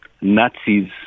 Nazis